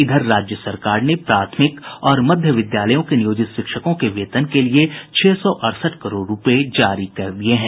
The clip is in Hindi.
इधर राज्य सरकार ने प्राथमिक और मध्य विद्यालयों के नियोजित शिक्षकों के वेतन लिये छह सौ अड़सठ करोड़ रूपये जारी कर दिये हैं